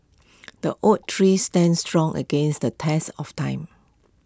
the oak tree stand strong against the test of time